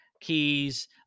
keys